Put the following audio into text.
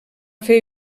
fer